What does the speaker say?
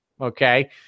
okay